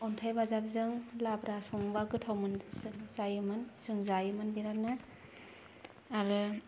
अन्थाइ बाजाबजों लाब्रा संबा गोथाव मोनो जायोमोन जों जायोमोन बिरातनो आरो